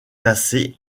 classés